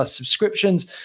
subscriptions